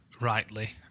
rightly